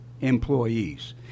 employees